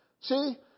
See